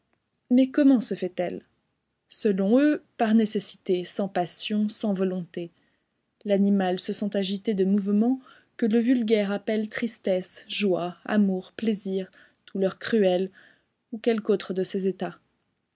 mais comment se fait-elle selon eux par nécessité sans passion sans volonté l'animal se sent agité de mouvements que le vulgaire appelle tristesse joie amour plaisir douleur cruelle ou quelque autre de ces états